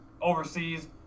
overseas